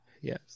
Yes